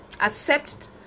Accept